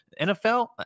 NFL